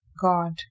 God